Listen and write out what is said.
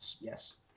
Yes